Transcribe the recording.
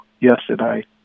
yesterday